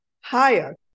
higher